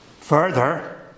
Further